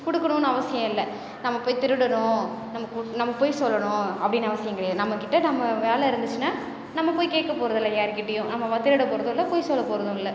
கொடுக்கணுன்னு அவசியம் இல்லை நம்ப போய் திருடணும் நம்ம கு நம்ம பொய் சொல்லணும் அப்படின்னு அவசியம் கிடையாது நம்மகிட்ட நம்ம வேலை இருந்துச்சுனா நம்ப போய் கேட்கப் போகிறது இல்லை யாருகிட்டேயும் ஆமா நம்ம திருடப் போறதும் இல்லை பொய் சொல்லப் போறதும் இல்லை